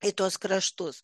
į tuos kraštus